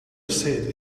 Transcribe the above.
said